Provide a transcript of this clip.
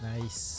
Nice